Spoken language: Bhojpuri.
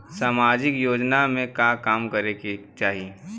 सामाजिक योजना में का काम करे के चाही?